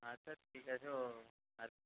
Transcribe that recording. আচ্ছা ঠিক আছে ও আর